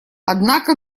однако